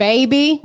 Baby